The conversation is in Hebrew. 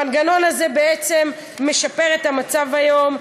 המנגנון הזה משפר את המצב הקיים היום.